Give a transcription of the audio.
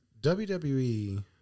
WWE